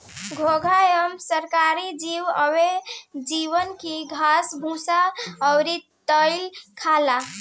घोंघा एगो शाकाहारी जीव हवे जवन की घास भूसा अउरी पतइ खाला